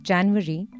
January